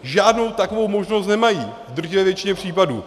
Žádnou takovou možnost nemají v drtivé většině případů.